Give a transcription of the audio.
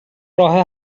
راه